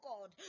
God